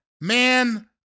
Man